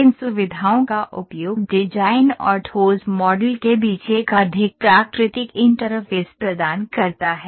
इन सुविधाओं का उपयोग डिजाइन और ठोस मॉडल के बीच एक अधिक प्राकृतिक इंटरफ़ेस प्रदान करता है